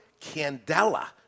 Candela